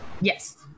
yes